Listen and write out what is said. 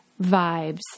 vibes